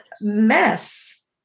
mess